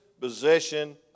possession